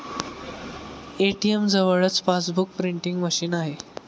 ATM जवळच passbook printing machine आहे